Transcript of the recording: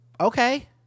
okay